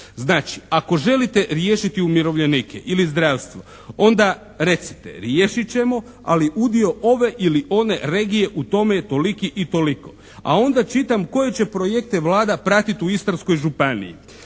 Znači, ako želite riješiti umirovljenike ili zdravstvo onda recite riješit ćemo, ali udio ove ili one regije u tome je toliki i toliko. A onda čitam koji će projekte Vlada pratiti u Istarskoj županiji.